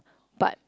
but